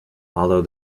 although